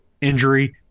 injury